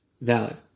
valid